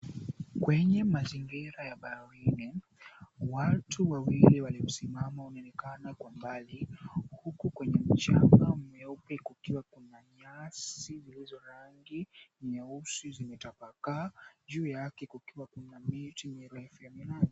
Kwenye mazingira ya baharini, watu wawili waliosimama wameonekana kwa mbali. Huku kwenye mchanga mweupe kukiwa kuna nyasi zilizo na rangi nyeusi zimetapakaa. Juu yake kukiwa kuna miti mirefu ya minazi.